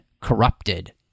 corrupted